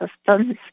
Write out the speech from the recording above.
systems